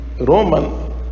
Roman